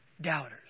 doubters